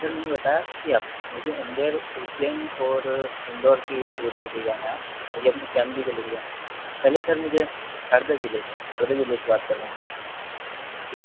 sir मैंने बताया तो आपको मुझे उंदेर उज्जेन ओर इंदौर के टूर के लिए जाना है मुझे अपनी फै़मिली को लेकर जा पहले सर मुझे हरदा ज़िले से हरदा ज़िले से बात कर रहा हूँ मैं जी